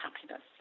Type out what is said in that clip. happiness